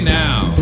now